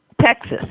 Texas